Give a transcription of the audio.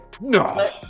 No